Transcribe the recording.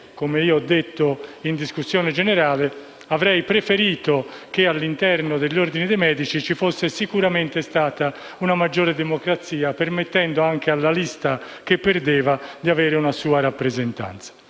come ho detto in discussione generale - avrei sicuramente preferito che, all'interno degli ordini dei medici, ci fosse stata una maggiore democrazia, permettendo anche alla lista che perde di avere una sua rappresentanza.